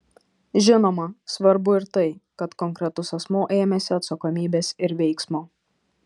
žinoma svarbu ir tai kad konkretus asmuo ėmėsi atsakomybės ir veiksmo